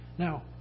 Now